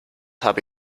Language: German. habe